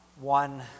One